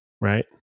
right